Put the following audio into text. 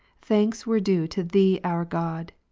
thanks were due to thee our god,